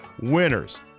Winners